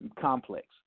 complex